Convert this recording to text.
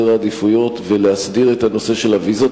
העדיפויות ולהסדיר את הנושא של הוויזות.